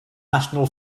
national